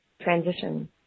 transition